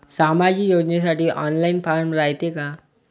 सामाजिक योजनेसाठी online form रायते का?